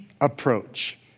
approach